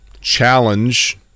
challenge